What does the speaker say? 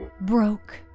broke